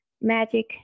magic